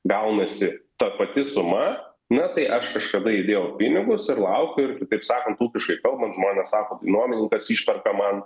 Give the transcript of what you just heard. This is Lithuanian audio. gaunasi ta pati suma na tai aš kažkada įdėjau pinigus ir laukiu ir kitaip sakant ūkiškai kalbant žmonės sako nuomininkas išperka man